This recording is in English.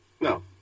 No